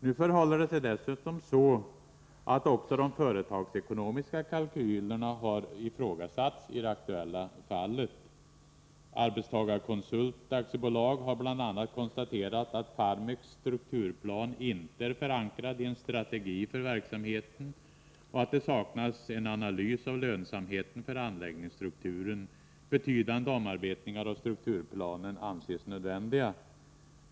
Nu förhåller det sig dessutom så att också de företagsekonomiska kalkylerna har ifrågasatts i det aktuella fallet. Arbetstagarkonsult AB har bl.a. konstaterat att Farmeks strukturplan inte är förankrad i en strategi för verksamheten och att det saknas en analys av lönsamheten för anläggningsstrukturen. Betydande omarbetningar av strukturplanen anses nödvändiga.